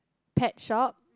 pet shop